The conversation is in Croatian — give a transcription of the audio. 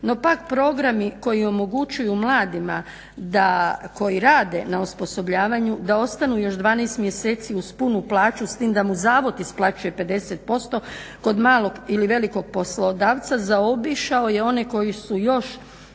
No, PAK programi koji omogućuju mladima da koji rade na osposobljavanju da ostanu još 12 mjeseci uz punu plaću s tim da mu zavod isplaćuje 50% kod malog ili velikog poslodavca zaobišao je one koji su još